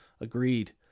Agreed